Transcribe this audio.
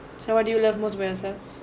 so what do you love most about yourself